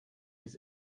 his